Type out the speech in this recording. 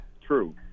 true